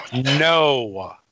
no